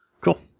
Cool